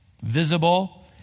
visible